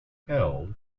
held